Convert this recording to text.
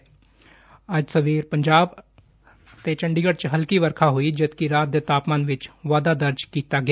ਅੱਜ ਸਵੇਰੇ ਪੰਜਾਬ ਅਤੇ ਚੰਡੀਗੜ 'ਚ ਹਲਕੀ ਵਰਖਾ ਹੋਈ ਜਦਕਿ ਰਾਤ ਦੇ ਤਾਪਮਾਨ ਵਿਚ ਵਾਧਾ ਦਰਜ ਕੀਤਾ ਗਿਆ